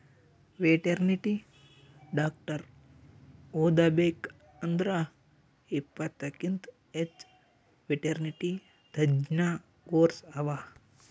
veterinary doctor ಓದಬೇಕ್ ಅಂದ್ರ ಇಪ್ಪತ್ತಕ್ಕಿಂತ್ ಹೆಚ್ಚ್ ವೆಟೆರ್ನಿಟಿ ತಜ್ಞ ಕೋರ್ಸ್ ಅವಾ